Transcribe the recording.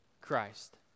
Christ